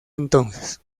entonces